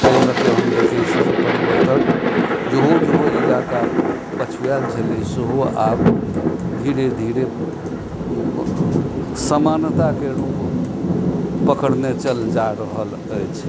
तैॅं लऽ कऽ हम देखै छी जे परिवर्तन जोहो जोहो इलाका पछुआएल छलै सेहो आब धीरे धीरे समानताके रूप पकड़ने चल जा रहल अछि